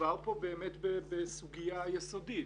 מדובר כאן באמת בסוגיה יסודית.